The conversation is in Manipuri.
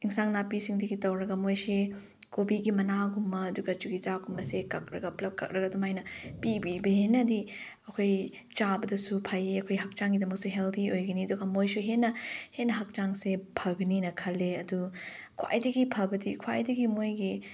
ꯏꯟꯁꯥꯡ ꯅꯥꯄꯤꯁꯤꯡꯗꯒꯤ ꯇꯧꯔꯒ ꯃꯣꯏꯁꯤ ꯀꯣꯕꯤꯒꯤ ꯃꯅꯥꯒꯨꯝꯕ ꯑꯗꯨꯒ ꯆꯨꯖꯥꯛ ꯀꯨꯝꯕꯁꯦ ꯀꯛꯂꯒ ꯄꯨꯂꯞ ꯀꯛꯂꯒ ꯑꯗꯨꯃꯥꯏꯅ ꯄꯤꯕꯤꯕꯅ ꯍꯦꯟꯅꯗꯤ ꯑꯩꯈꯣꯏ ꯆꯥꯕꯗꯁꯨ ꯐꯩꯌꯦ ꯑꯩꯈꯣꯏ ꯍꯛꯆꯥꯡꯒꯤꯗꯃꯛꯁꯨ ꯍꯦꯜꯗꯤ ꯑꯣꯏꯒꯅꯤ ꯑꯗꯨꯒ ꯃꯣꯏꯁꯨ ꯍꯦꯟꯅ ꯍꯦꯟꯅ ꯍꯛꯆꯥꯡꯁꯦ ꯐꯒꯅꯤꯅ ꯈꯜꯂꯦ ꯑꯗꯨ ꯈ꯭ꯋꯥꯏꯗꯒꯤ ꯐꯕꯗꯤ ꯈ꯭ꯋꯥꯏꯗꯒꯤ ꯃꯣꯏꯒꯤ